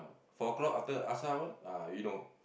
four o-clock after asar one ah you know